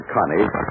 Connie